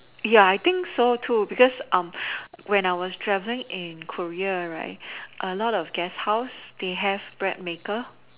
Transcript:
ya I think so too because um when I was traveling in Korea right a lot of guest house they have bread maker